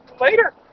later